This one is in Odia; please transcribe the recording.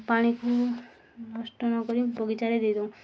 ପାଣିକୁ ନଷ୍ଟ ନକରି ବଗିଚାରେ ଦେଇଦଉ